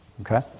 Okay